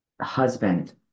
husband